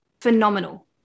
phenomenal